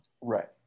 right